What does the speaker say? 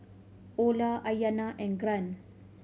Orla Aiyana and Grant